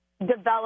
develop